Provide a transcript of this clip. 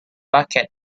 bucket